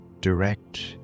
Direct